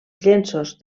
llenços